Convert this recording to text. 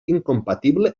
incompatible